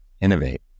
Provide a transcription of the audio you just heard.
innovate